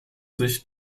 sich